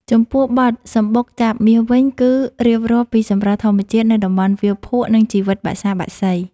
ចំពោះបទ «សំបុកចាបមាស» វិញ គឺរៀបរាប់ពីសម្រស់ធម្មជាតិនៅតំបន់វាលភក់ និងជីវិតបក្សាបក្សី។